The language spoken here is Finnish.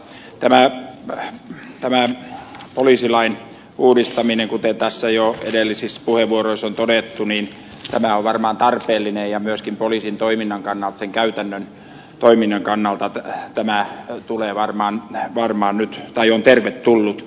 tämä poliisilain uudistaminen kuten jo edellisissä puheenvuoroissa on todettu on varmaan tarpeellinen ja myöskin poliisin toiminnan kannalta sen käytännön toiminnan kannalta tämä on tervetullut